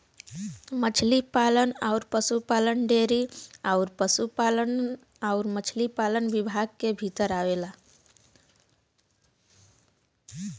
मछरी पालन अउर पसुपालन डेयरी अउर पसुपालन अउरी मछरी पालन विभाग के भीतर आवेला